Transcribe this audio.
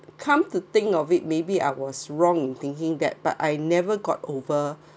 come to think of it maybe I was wrong in thinking that but I never got over